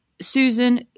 Susan